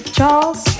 Charles